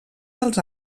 dels